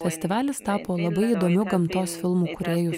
festivalis tapo labai įdomiu gamtos filmų kūrėjų